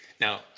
Now